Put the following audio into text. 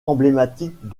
emblématiques